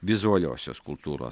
vizualiosios kultūros